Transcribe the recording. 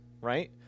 right